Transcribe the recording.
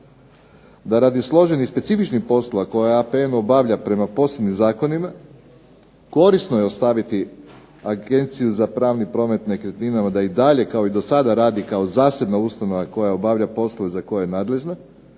da radi složenih specifičnih poslova koje APN obavlja prema posebnim zakonima korisno je ostaviti Agenciju za pravni promet nekretninama da i dalje kao i dosada radi kao zasebna ustanova koja obavlja poslove za koje je nadležna